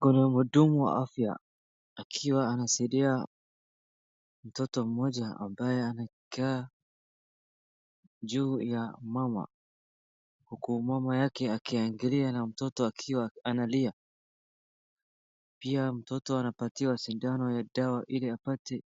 Kuna mhudumu wa afya akiwa anasaidia mtoto mmoja ambaye amekaa juu ya mama huku mama yake akiangalia na mtoto akiwa analia. Pia mtoto anapatiwa sindano ya dawa ili apate